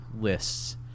lists